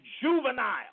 juvenile